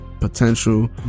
potential